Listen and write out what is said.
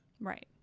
Right